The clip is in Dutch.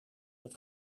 het